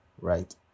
right